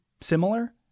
similar